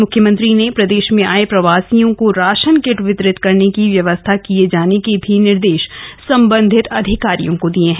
मुख्यमंत्री ने प्रदेश में आए प्रवासियों को राशन किट वितरित करने की व्यवस्था किए जाने के निर्देश भी संबंधित अधिकारियों को दिए हैं